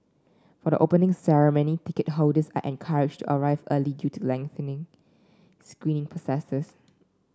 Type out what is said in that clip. for the Opening Ceremony ticket holders are encouraged to arrive early to lengthy screening processes